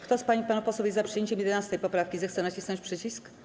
Kto z pań i panów posłów jest za przyjęciem 11. poprawki, zechce nacisnąć przycisk.